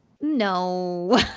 No